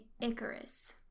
Icarus